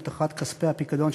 הבטחת כספי הפיקדון),